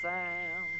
Sam